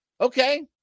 Okay